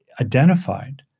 Identified